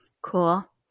Cool